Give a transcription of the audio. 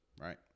right